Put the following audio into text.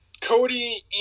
Cody